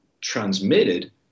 transmitted